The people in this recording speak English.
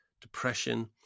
depression